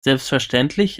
selbstverständlich